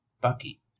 Bucky